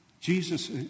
Jesus